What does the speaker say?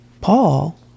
Paul